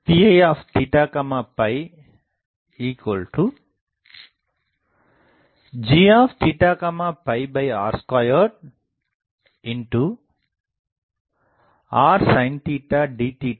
Pi gr2r sin drd